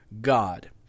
god